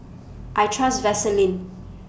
I Trust Vaselin